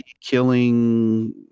killing